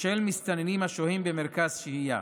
של מסתננים השוהים במרכז שהייה.